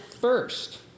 first